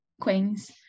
Queen's